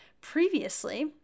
previously